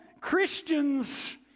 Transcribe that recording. Christians